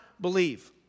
believe